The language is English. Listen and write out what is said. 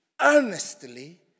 earnestly